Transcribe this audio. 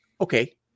Okay